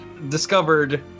discovered